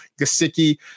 Gasicki